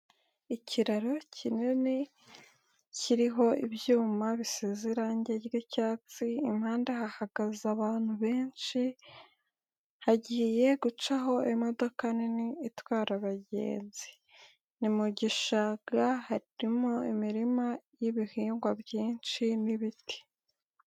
Ikiraro kinini kiriho ibyuma bisezerange ry'icyatsi, impanda hahagaze abantu benshi, hagiye gucaho imodoka nini itwara abagenzi, ni mugishanga harimo imirima y'ibihingwa byinshi n'ibiti.